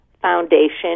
foundation